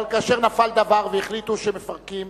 אבל כאשר נפל דבר והחליטו שמפרקים,